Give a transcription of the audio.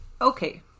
Okay